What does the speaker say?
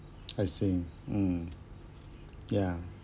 I see mm ya